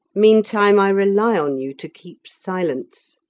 meantime, i rely on you to keep silence.